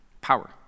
Power